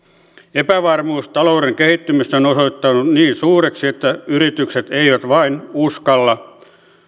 epävarmuus talouden kehittymisestä on osoittautunut niin suureksi että yritykset eivät vain uskalla